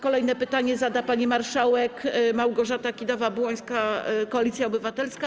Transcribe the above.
Kolejne pytanie zada pani marszałek Małgorzata Kidawa-Błońska, Koalicja Obywatelska.